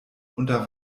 unter